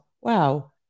wow